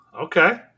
okay